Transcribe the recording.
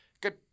Good